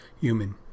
human